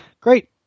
Great